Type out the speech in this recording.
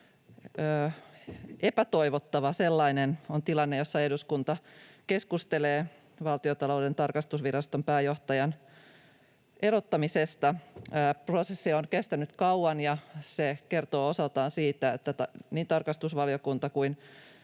epätoivottava sellainen — on tilanne, jossa eduskunta keskustelee Valtiontalouden tarkastusviraston pääjohtajan erottamisesta. Prosessi on kestänyt kauan, ja se kertoo osaltaan siitä, että niin tarkastusvaliokunta kuin